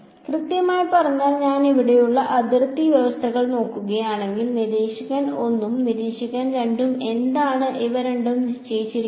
കൃത്യമായി പറഞ്ഞാൽ ഞാൻ ഇവിടെയുള്ള അതിർത്തി വ്യവസ്ഥകൾ നോക്കുകയാണെങ്കിൽ നിരീക്ഷകൻ 1 ഉം നിരീക്ഷകൻ 2 ഉം എന്താണ് ഇവ രണ്ടും നിശ്ചയിക്കുന്നത്